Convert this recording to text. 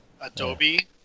Adobe